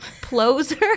closer